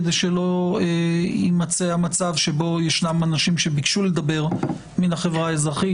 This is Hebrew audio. כדי שלא יימצא מצב שבו ישנם אנשים מן החברה האזרחית,